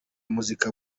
umuziki